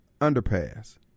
underpass